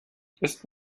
ist